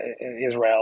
Israel